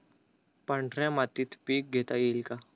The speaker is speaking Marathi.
पांढऱ्या मातीत पीक घेता येईल का?